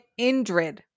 Indrid